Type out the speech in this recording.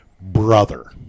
brother